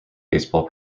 baseball